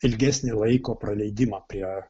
ilgesnį laiko praleidimą prie